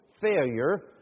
failure